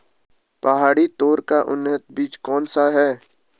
पहाड़ी तोर का उन्नत बीज कौन सा है?